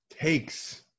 Takes